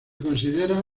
considera